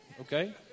okay